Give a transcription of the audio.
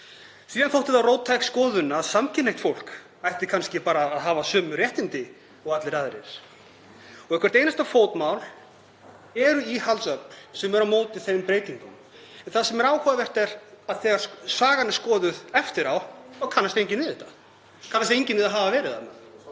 Síðan þótti það róttæk skoðun að samkynhneigt fólk ætti kannski bara að hafa sömu réttindi og allir aðrir. Við hvert einasta fótmál eru íhaldssöm öfl sem eru á móti þeim breytingum. En það sem er áhugavert er að þegar sagan er skoðuð eftir á þá kannast enginn við það. Það kannast enginn við að hafa verið þarna.